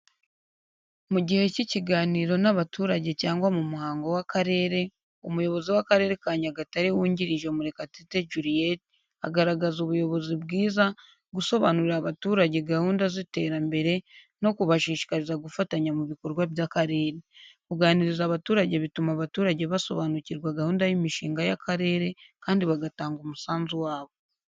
Mu gihe cy’ikiganiro n’abaturage cyangwa mu muhango w’akarere, Umuyobozi w’Akarere ka Nyagatare Wungirije, Murekatete Juliet, agaragaza ubuyobozi bwiza, gusobanurira abaturage gahunda z’iterambere, no kubashishikariza gufatanya mu bikorwa by’akarere. Kuganiriza abaturage bituma abaturage basobanukirwa gahunda n’imishinga y’akarere kandi bagatanga umusanzu wabo.